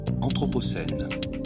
Anthropocène